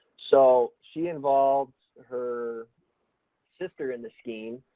so, she involved her sister in the scheme,